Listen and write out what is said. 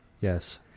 Yes